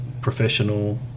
professional